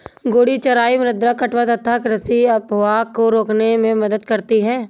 घूर्णी चराई मृदा कटाव तथा कृषि अपवाह को रोकने में मदद करती है